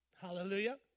Hallelujah